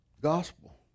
gospel